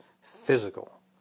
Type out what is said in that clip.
physical